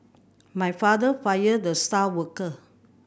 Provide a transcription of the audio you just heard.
my father fired the star worker